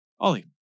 Ollie